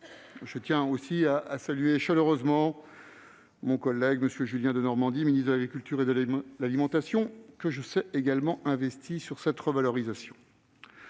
et de saluer chaleureusement mon collègue Julien Denormandie, ministre de l'agriculture et de l'alimentation, que je sais également investi sur cette question.